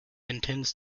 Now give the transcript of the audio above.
intends